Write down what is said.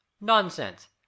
nonsense